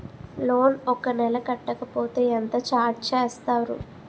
Loan ఒక నెల కట్టకపోతే ఎంత ఛార్జ్ చేస్తారు?